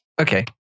Okay